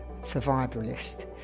survivalist